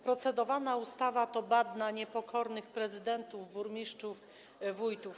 Procedowana ustawa to bat na niepokornych prezydentów, burmistrzów, wójtów.